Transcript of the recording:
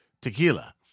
tequila